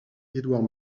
édouard